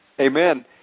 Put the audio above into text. Amen